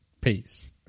Peace